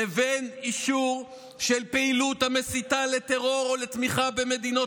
לבין אישור של פעילות המסיתה לטרור או לתמיכה במדינות